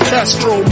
Castro